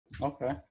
Okay